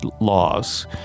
laws